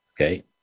Okay